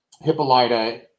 Hippolyta